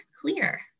clear